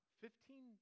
Fifteen